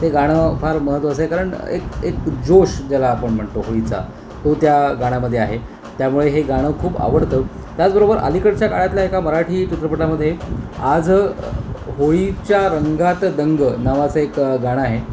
ते गाणं फार महत्त्वाचं आहे कारण एक एक जोश ज्याला आपण म्हणतो होळीचा तो त्या गाण्यामध्ये आहे त्यामुळे हे गाणं खूप आवडतं त्याचबरोबर अलीकडच्या काळातला एका मराठी चित्रपटामध्ये आज होळीच्या रंगात दंग नावाचं एक गाणं आहे